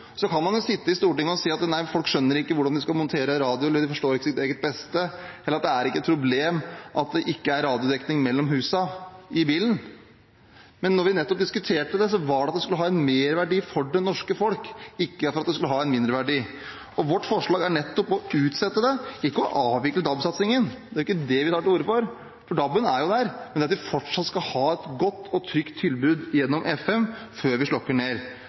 Så kan man sitte i Stortinget og si at folk skjønner ikke hvordan de skal montere radio eller de forstår ikke sitt eget beste eller at det er ikke et problem at det ikke er radiodekning i bilen mellom husene, men da vi diskuterte det, var det nettopp for at det skulle ha en merverdi for det norske folk, ikke for at det skulle ha en mindreverdi. Vårt forslag er nettopp å utsette det, ikke å avvikle DAB-satsingen – det er ikke det vi tar til orde for, for DAB er jo der, men at vi fortsatt skal ha et godt og trygt tilbud gjennom FM før vi slukker ned.